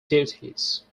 duties